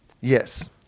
Yes